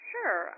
Sure